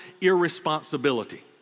irresponsibility